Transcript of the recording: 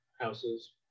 houses